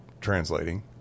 translating